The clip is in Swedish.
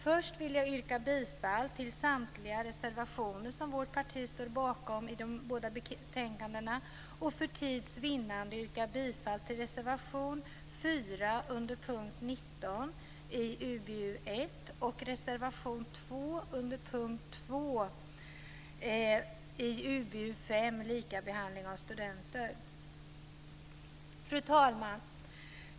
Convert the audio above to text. Först yrkar jag bifall till samtliga reservationer som vårt parti står bakom i de båda betänkandena, och för tids vinnande yrkar jag bifall till reservation 4 Fru talman!